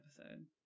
episode